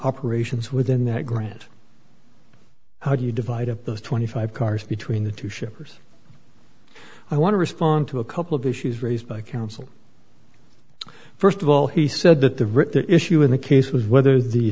operations within that grant how do you divide up those twenty five cars between the two shippers i want to respond to a couple of issues raised by council st of all he said that the root issue in the case was whether the